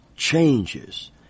changes